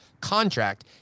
contract